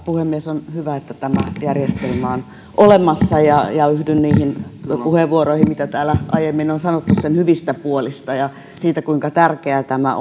puhemies on hyvä että tämä järjestelmä on olemassa ja ja yhdyn niihin puheenvuoroihin mitä täällä aiemmin on sanottu sen hyvistä puolista ja siitä kuinka tärkeää tämä